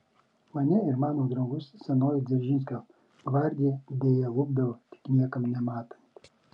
mane ir mano draugus senoji dzeržinskio gvardija deja lupdavo tik niekam nematant